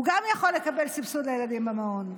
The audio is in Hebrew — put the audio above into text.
הוא גם יכול לקבל סבסוד לילדים במעון,